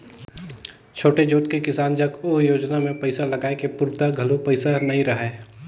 छोटे जोत के किसान जग ओ योजना मे पइसा लगाए के पूरता घलो पइसा नइ रहय